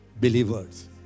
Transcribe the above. believers